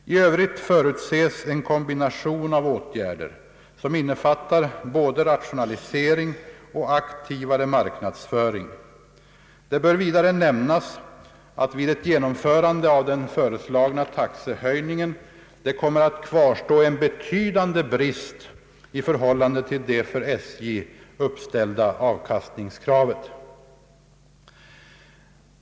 I övrigt förutses en kombination av åtgärder, som innefattar både rationalisering och aktivare marknadsföring. Det bör vidare nämnas, att vid ett genomförande av den föreslagna taxehöjningen det kommer att kvarstå en betydande brist i förhål lande till det för SJ uppställda avkastningskravet.